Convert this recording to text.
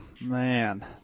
man